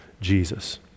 Jesus